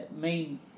main